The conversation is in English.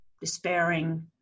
despairing